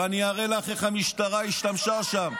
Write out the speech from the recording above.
ואני אראה לך איך המשטרה השתמשה שם.